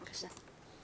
בבקשה.